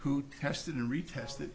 who tested and retested